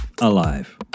alive